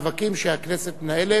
למאבקים שהכנסת מנהלת.